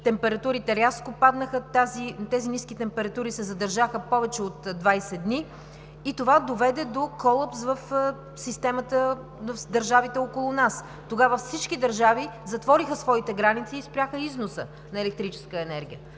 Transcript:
температурите рязко паднаха. Тези ниски температури се задържаха повече от 20 дни и това доведе до колапс в системата на държавите около нас. Тогава всички държави затвориха своите граници и спряха износа на електрическа енергия.